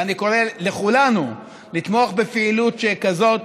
ואני קורא לכולנו לתמוך בפעילות שכזאת,